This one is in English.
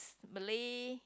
Malay